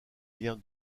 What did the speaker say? lien